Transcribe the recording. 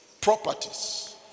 properties